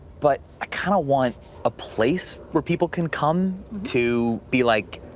but i kind of want a place where people can come to be like,